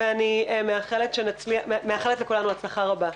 ואני מאחלת לכולנו הצלחה רבה.